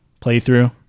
playthrough